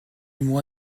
moi